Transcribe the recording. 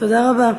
תודה רבה.